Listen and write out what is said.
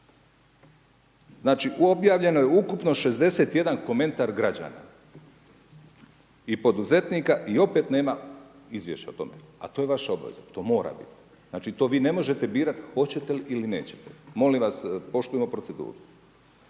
Znači obavljeno je ukupno 61 komentar građana i poduzetnika i opet nema izvješća o tome, a to je vaša obaveza, to mora biti. Znači to ne možete birati hoćete li ili nećete, molim vas poštujmo proceduru.